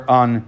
on